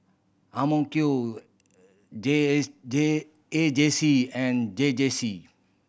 J S J A J C and J J C